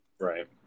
Right